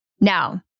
Now